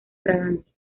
fragancia